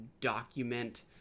document